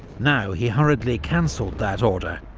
now he hurriedly cancelled that order,